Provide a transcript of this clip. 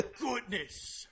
goodness